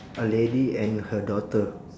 a lady and her daughter